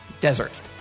desert